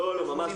לא, ממש לא.